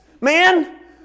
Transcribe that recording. man